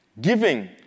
giving